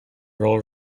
rural